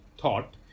thought